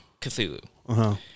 Cthulhu